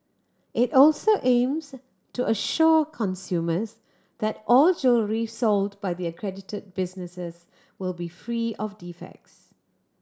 it also aims to assure consumers that all jewellery sold by the accredited businesses will be free of defects